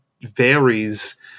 varies